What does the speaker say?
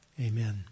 Amen